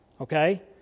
Okay